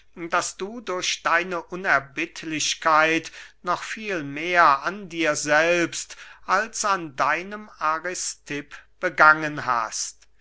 das du durch deine unerbittlichkeit noch viel mehr an dir selbst als an deinem aristipp begangen hast